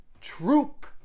troop